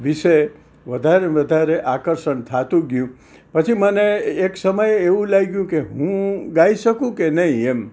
વિશે વધારે ને વધારે આકર્ષણ થતું ગયું પછી મને એક સમય એવું લાગ્યું કે હું ગાઈ શકું કે નહીં એમ